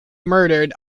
murdered